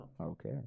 Okay